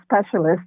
specialist